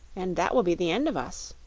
and that will be the end of us.